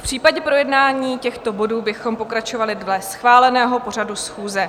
V případě projednání těchto bodů bychom pokračovali dle schváleného pořadu schůze.